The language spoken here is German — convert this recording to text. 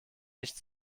nicht